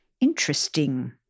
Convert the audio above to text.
Interesting